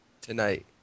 tonight